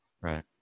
right